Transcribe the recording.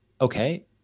okay